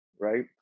right